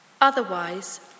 Otherwise